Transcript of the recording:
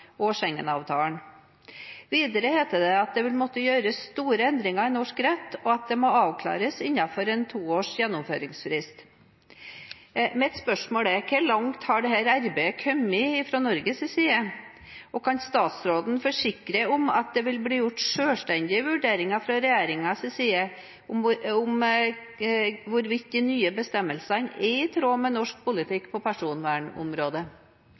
og Schengen-avtalen. Videre heter det at det vil måtte gjøres store endringer i norsk rett, og at det må avklares innenfor en to års gjennomføringsfrist. Mitt spørsmål er: Hvor langt har dette arbeidet kommet fra Norges side? Og kan statsråden forsikre om at det vil bli gjort selvstendige vurderinger fra regjeringens side om hvorvidt de nye bestemmelsene er i tråd med norsk politikk på personvernområdet?